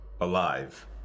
alive